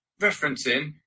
referencing